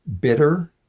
bitter